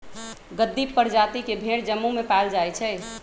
गद्दी परजाति के भेड़ जम्मू में पाएल जाई छई